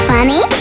Funny